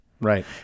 Right